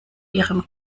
ihrem